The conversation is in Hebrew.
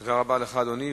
תודה רבה לך, אדוני.